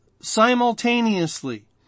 simultaneously